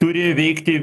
turi veikti